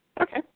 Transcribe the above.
okay